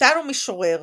פייטן ומשורר,